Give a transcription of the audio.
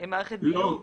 לא.